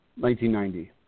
1990